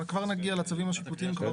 כבר נגיע לצווים השיפוטיים.